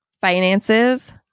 finances